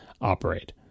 operate